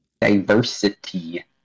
Diversity